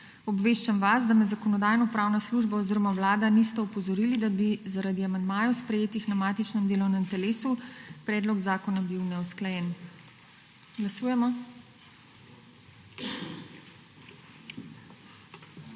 Obveščam vas, da me Zakonodajno-pravna služba oziroma Vlada nista opozorili, da bi zaradi amandmajev, sprejetih na matičnem delovnem telesu, bil predlog zakona neusklajen.